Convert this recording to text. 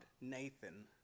Nathan